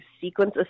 sequence